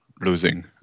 losing